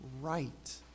right